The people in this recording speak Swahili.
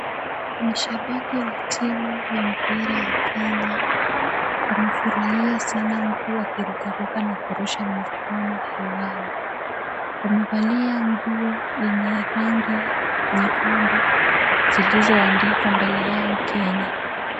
Mashabiki wa timu ya mpira ya Kenya. Wamefurahia sana huku wakirukaruka na kurusha mikono hewani. Wamevalia nguo yenye rangi nyekundu zilizoandikwa mbele yao Kenya.